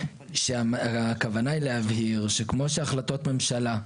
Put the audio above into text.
שהכוונה היא להבהיר שכמו שהחלטות ממשלה,